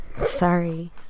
Sorry